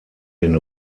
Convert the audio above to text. den